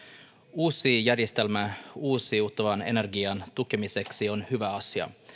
uusi järjestelmä uusiutuvan energian tukemiseksi on hyvä asia